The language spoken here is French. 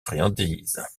friandises